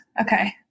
Okay